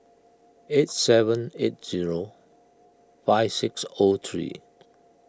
eight seven eight zero five six O three